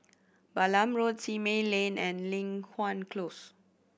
Balam Road Simei Lane and Li Hwan Close